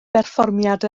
berfformiad